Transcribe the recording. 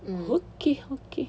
mm okay okay